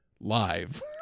live